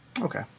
okay